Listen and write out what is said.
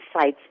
sites